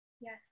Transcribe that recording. Yes